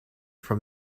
from